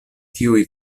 tiuj